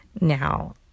Now